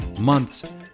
months